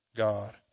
God